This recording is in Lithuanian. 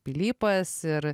pilypas ir